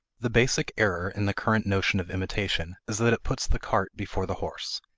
the basic error in the current notion of imitation is that it puts the cart before the horse.